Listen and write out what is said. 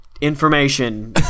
information